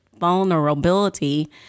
vulnerability